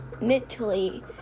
mentally